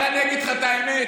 אבל אני אגיד לך את האמת,